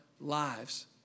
lives